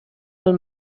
del